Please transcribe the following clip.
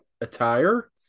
attire